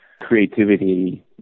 creativity